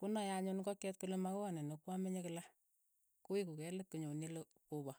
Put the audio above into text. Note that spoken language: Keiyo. konae anyun ingokiet kole makoot ni nekwamenye kila, koweku kei let konyoni olokopa.